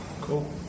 Cool